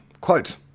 Quote